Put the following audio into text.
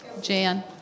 Jan